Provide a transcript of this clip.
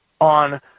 on